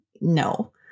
no